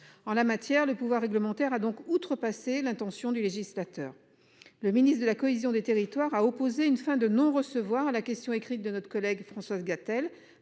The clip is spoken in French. en la matière le pouvoir réglementaire a donc outrepassé l'intention du législateur. Le ministre de la cohésion des territoires, a opposé une fin de non-recevoir la question écrite de notre collègue Françoise Gatel,